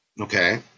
okay